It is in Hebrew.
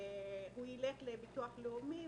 אז הוא ילך עם זה לביטוח לאומי,